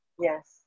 Yes